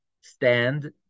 stand